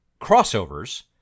crossovers